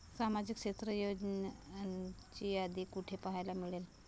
सामाजिक क्षेत्र योजनांची यादी कुठे पाहायला मिळेल?